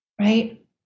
right